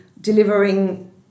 delivering